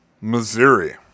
Missouri